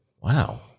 Wow